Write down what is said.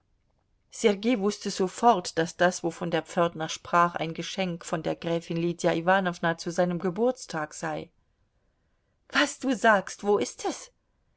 sergei wußte sofort daß das wovon der pförtner sprach ein geschenk von der gräfin lydia iwanowna zu seinem geburtstag sei was du sagst wo ist es